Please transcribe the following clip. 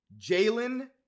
Jalen